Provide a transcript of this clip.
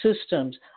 systems